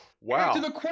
wow